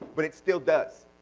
but it still does.